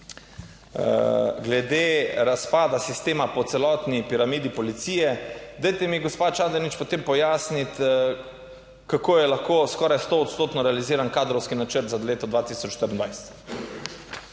Glede razpada sistema po celotni piramidi policije. Dajte mi, gospa Čadonič, potem pojasniti, kako je lahko skoraj stoodstotno realiziran kadrovski načrt za leto 2024?